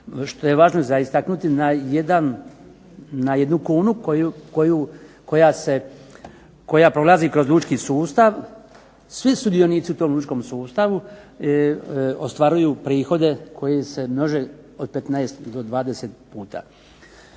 što je važno za istaknuti na jednu kunu koja prolazi kroz lučki sustav svi sudionici u tom lučkom sustavu ostvaruju prihode koji se množe od 15 do 20 puta.